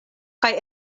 kaj